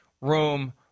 room